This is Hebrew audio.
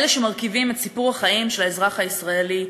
אלה שמרכיבים את סיפור החיים של האזרח הישראלי,